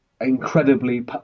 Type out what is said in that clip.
incredibly